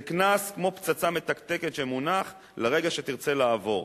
זה קנס כמו פצצה מתקתקת שמונח לרגע שתרצה לעבור.